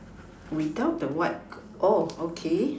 without the white oh okay